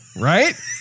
right